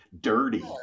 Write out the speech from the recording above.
dirty